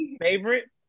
favorite